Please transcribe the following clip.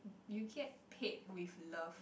you get paid with love